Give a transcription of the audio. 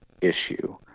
issue